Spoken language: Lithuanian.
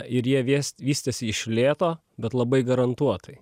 ir jie viest vystėsi iš lėto bet labai garantuotai